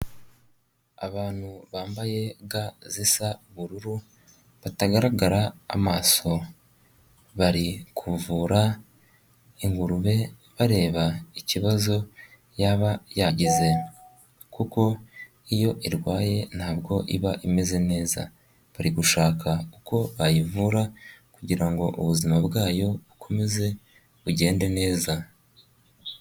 Abantu bambaye ga zisa ubururu batagaragara amaso bari kuvura ingurube bareba ikibazo yaba yagize kuko iyo irwaye ntabwo iba imeze neza, bari gushaka uko bayivura kugira ngo ubuzima bwayo bukomeze bugende neza.